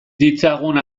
ditzagun